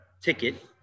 ticket